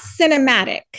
cinematic